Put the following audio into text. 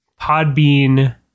Podbean